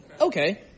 Okay